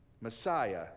Messiah